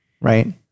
right